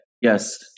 yes